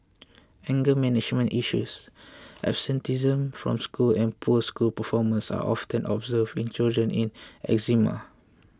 anger management issues absenteeism from school and poor school performance are often observed in children with eczema